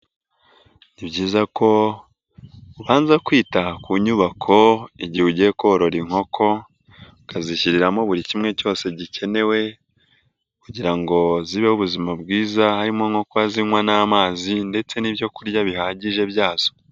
Ni byiza ko ubanza kwita ku nyubako igihe ugiye korora inkoko, ukazishyiriramo buri kimwe cyose gikenewe kugira ngo zibeho ubuzima bwiza harimo nko kuba zinywa n'amazi ndetse n'ibyo kurya bihagije byazo.